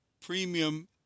premium